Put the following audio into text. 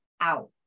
out